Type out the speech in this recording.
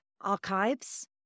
Archives